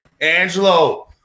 Angelo